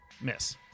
Miss